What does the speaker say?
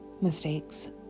mistakes